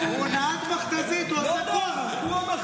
הוא נהג מכת"זית, הוא עשה תואר על זה.